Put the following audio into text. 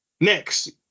Next